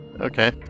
Okay